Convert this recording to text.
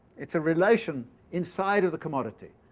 it's a relation inside of the commodity,